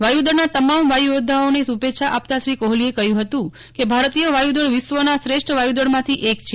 વાયુદળના તમામ વાયુયોદ્ધાઓને શુભેચ્છા આપતાં શ્રી કોહલીએ કહ્યું હતું કે ભારતીય વાયુદળ વિશ્વના શ્રેષ્ઠ વાયુદળમાંથી એક છે